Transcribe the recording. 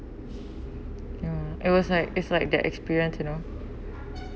mm it was like it's like the experience you know